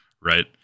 right